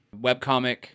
webcomic